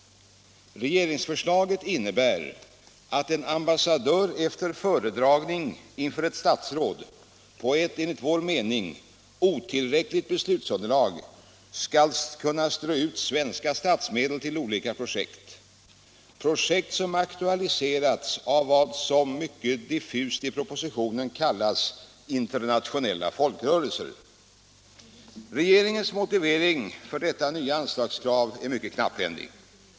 Regeringsförslaget innebär att en ambassadör efter föredragning inför ett statsråd på ett — enligt vår mening — otillräckligt beslutsunderlag skall kunna strö ut svenska statsmedel till olika projekt som aktualiserats av vad som mycket diffust i propositionen kallats ”internationella folkrörelser”. Regeringens motivering för detta nya anslagskrav är mycket knapphändig.